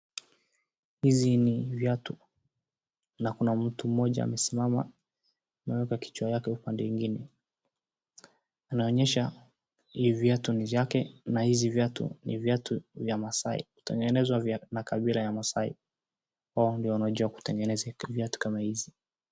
Hizi ni viatu na kuna mtu mmoja amesimama ameweka kichwa yake upande ingine, anaonyesha hii viatu ni vyake na hizi viatu ni viatu vya masai, hutengenezwa na kabila ya masai. Wao ndo wanajua kutengeneza viatu kama hizi.